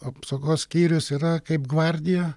apsaugos skyrius yra kaip gvardija